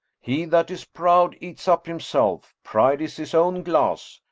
he that is proud eats up himself. pride is his own glass,